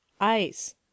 ice